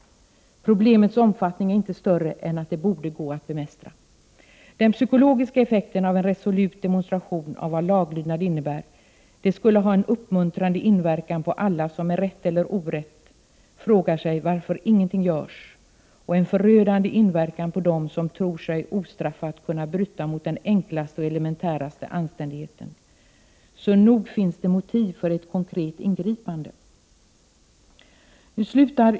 1988/89:22 omfattning är inte större än att det borde gå att bemästra. 11 november 1988 Den psykologiska effekten av en resolut demonstration av vad laglydnad Ze innebär, skulle ha en uppmuntrande inverkan på alla som med rätt eller orätt frågar sig varför ingenting görs, och en förödande inverkan på dem som tror sig ostraffat kunna bryta mot den enklaste och elementäraste anständigheten. Nog finns det motiv för ett konkret ingripande!